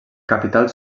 capital